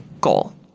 goal